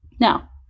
Now